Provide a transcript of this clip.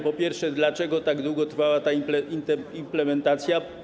Po pierwsze, dlaczego tak długo trwała ta implementacja?